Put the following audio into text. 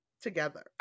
together